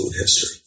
history